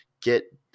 get